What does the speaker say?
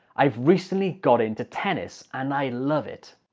i've recently got into tennis and i love it!